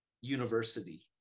university